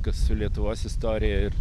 kas su lietuvos istorija ir